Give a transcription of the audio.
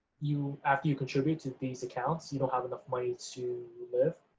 you after you contribute to these accounts you don't have enough money to live,